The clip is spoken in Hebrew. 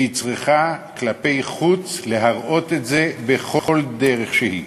והיא צריכה כלפי חוץ להראות את זה בכל דרך שהיא.